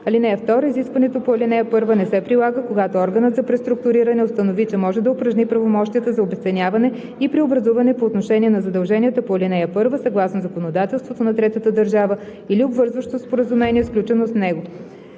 закон. (2) Изискването по ал. 1 не се прилага, когато органът за преструктуриране установи, че може да упражни правомощията за обезценяване и преобразуване по отношение на задълженията по ал. 1, съгласно законодателството на третата държава или обвързващо споразумение, сключено с нея.